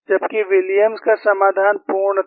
जबकि विलियम्स का समाधान पूर्ण था